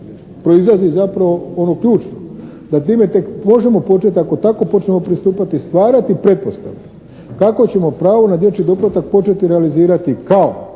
proizlazi zapravo ono ključno. Da time tek možemo početi ako tako počnemo pristupati i stvarati pretpostavke kako ćemo pravo na dječji doplatak početi realizirati kao